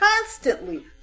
constantly